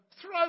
throw